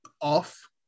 off